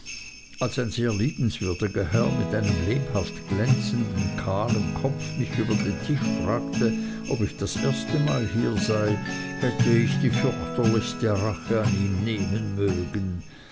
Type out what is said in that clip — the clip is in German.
als ein sehr liebenswürdiger herr mit einem lebhaft glänzenden kahlen kopf mich über den tisch fragte ob ich das erste mal hier sei hätte ich die fürchterlichste rache an ihm nehmen mögen